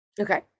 okay